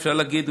אפשר להגיד,